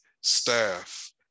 staff